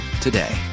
today